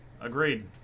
Agreed